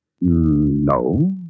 No